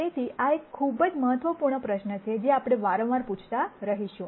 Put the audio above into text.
તેથી આ એક ખૂબ જ મહત્વપૂર્ણ પ્રશ્ન છે જે આપણે વારંવાર પૂછતા રહીશું